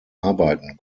arbeiten